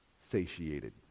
satiated